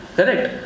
Correct